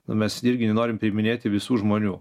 na mes irgi nenorim priiminėti visų žmonių